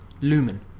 lumen